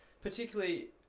particularly